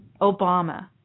Obama